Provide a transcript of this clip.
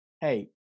Hey